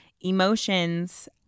emotions